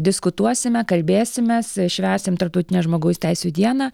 diskutuosime kalbėsimės švęsim tarptautinę žmogaus teisių dieną